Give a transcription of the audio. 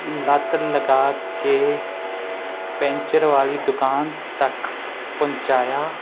ਲੱਤ ਲਗਾ ਕੇ ਪੈਂਚਰ ਵਾਲੀ ਦੁਕਾਨ ਤੱਕ ਪਹੁੰਚਾਇਆ